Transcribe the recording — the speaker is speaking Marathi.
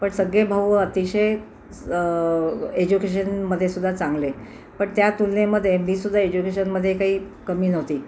पण सगळे भाऊ अतिशय एज्युकेशनमध्येसुद्धा चांगले पण त्या तुलनेमध्ये मीसुद्धा एज्युकेशनमध्ये काही कमी नव्हती